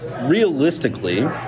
realistically